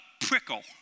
prickle